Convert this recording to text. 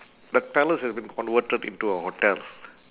but palace has been converted into a hotel